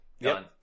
done